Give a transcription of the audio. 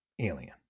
Alien